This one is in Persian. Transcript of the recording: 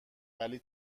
ولی